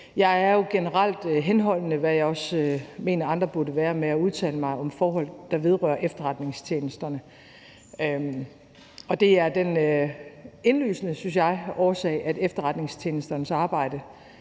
Jeg er jo generelt henholdende, hvad jeg også mener andre burde være, med at udtale mig om forhold, der vedrører efterretningstjenesterne. Og den, synes jeg, indlysende årsag til det er, at efterretningstjenesternes arbejde